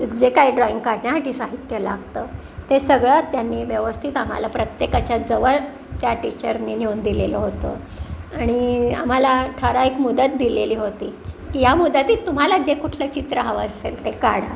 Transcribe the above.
जे काही ड्रॉईंग काढण्यासाठी साहित्य लागतं ते सगळं त्यांनी व्यवस्थित आम्हाला प्रत्येकाच्या जवळ त्या टीचरनी नेऊन दिलेलं होतं आणि आम्हाला ठरावीक एक मुदत दिलेली होती की या मुदतीत तुम्हाला जे कुठलं चित्र हवं असेल ते काढा